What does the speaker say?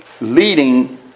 leading